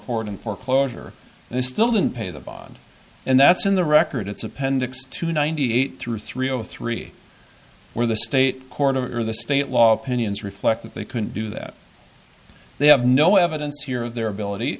forward in foreclosure and they still didn't pay the bond and that's in the record it's appendix two ninety eight through three o three where the state court of the state law opinions reflect that they couldn't do that they have no evidence here of their ability